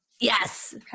Yes